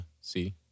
see